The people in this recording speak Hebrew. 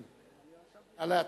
נא לתת,